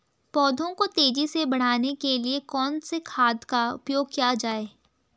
पौधों को तेजी से बढ़ाने के लिए कौन से खाद का उपयोग किया जाए?